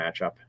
matchup